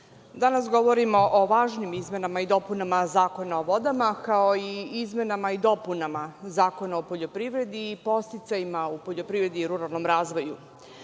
danas govorimo o važnim izmenama i dopunama Zakona o vodama, kao i o izmenama i dopunama Zakona o poljoprivredi i podsticajima u poljoprivredi i ruralnom razvoju.